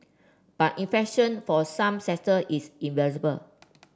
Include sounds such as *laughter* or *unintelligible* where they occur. but inflation for some sector is *unintelligible*